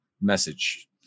message